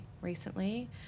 recently